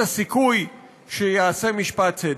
את הסיכוי שייעשה משפט צדק.